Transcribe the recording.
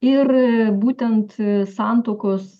ir būtent santuokos